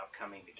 upcoming